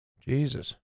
Jesus